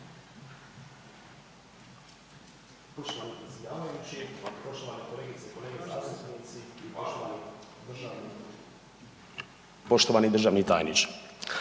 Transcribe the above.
Poštovani državni tajniče,